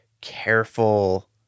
careful